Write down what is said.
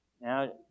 Now